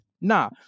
Nah